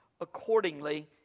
accordingly